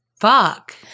Fuck